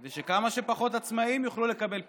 כדי שכמה שפחות עצמאים יוכלו לקבל פיצוי.